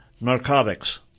narcotics